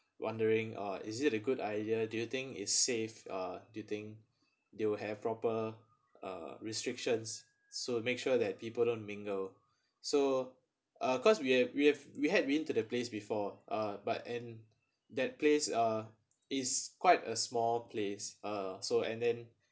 wondering oh is it a good idea do you think it's safe uh do you think they will have proper uh restrictions so make sure that people don't mingle so uh cause we have we have we had been to the place before uh but and that place uh is quite a small place uh so and then